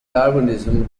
darwinism